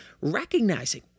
recognizing